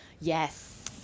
Yes